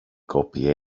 copy